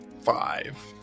Five